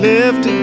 Lifted